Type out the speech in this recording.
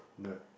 nerd